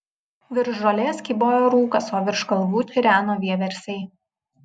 virš žolės kybojo rūkas o virš kalvų čireno vieversiai